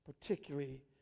particularly